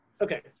Okay